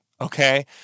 okay